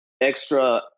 extra